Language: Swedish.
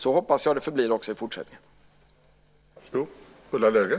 Så hoppas jag att det förblir också i fortsättningen.